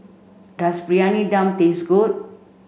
does Briyani Dum taste good